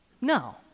No